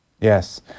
Yes